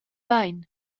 bein